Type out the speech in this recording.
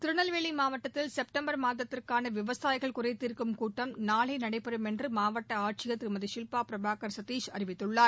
திருநெல்வேலி மாவட்டத்தில் செப்டம்பர் மாதத்திற்கான விவசாயிகள் குறைத்தீர்க்கும் கூட்டம் நாளை நடைபெறும் என்று மாவட்ட ஆட்சியர் திருமதி ஷில்டா பிரபாகர் சதீஷ் அறிவித்துள்ார்